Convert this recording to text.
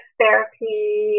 therapy